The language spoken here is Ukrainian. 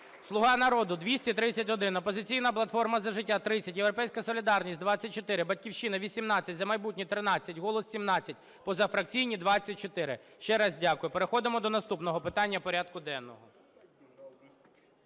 "Слуга народу" – 231, "Опозиційна платформа – За життя" – 30, "Європейська солідарність" – 24, "Батьківщина" – 18, "За майбутнє" – 13, "Голос" – 17, позафракційні – 24. Ще раз дякую. Переходимо до наступного питання порядку денного.